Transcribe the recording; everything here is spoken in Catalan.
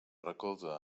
recolza